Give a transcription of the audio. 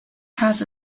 has